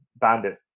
bandit